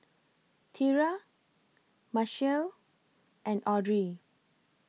Tera Machelle and Audrey